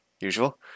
usual